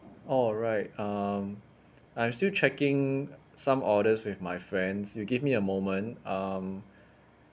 all right um I'm still checking some orders with my friends you give me a moment um